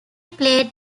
played